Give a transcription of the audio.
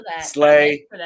Slay